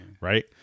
right